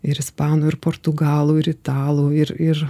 ir ispanų ir portugalų ir italų ir ir